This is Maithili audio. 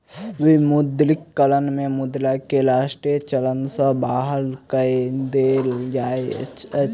विमुद्रीकरण में मुद्रा के राष्ट्रीय चलन सॅ बाहर कय देल जाइत अछि